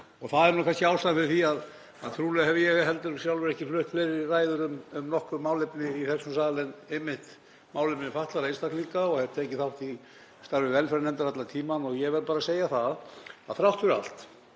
Það er kannski ástæðan fyrir því að trúlega hef ég sjálfur ekki flutt fleiri ræður um nokkurt málefni í þessum sal en einmitt málefni fatlaðra einstaklinga og hef tekið þátt í starfi velferðarnefndar allan tímann. Ég verð bara að segja það að þrátt fyrir allt,